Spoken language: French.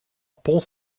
pont